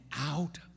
out